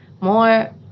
more